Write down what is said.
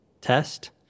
test